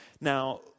Now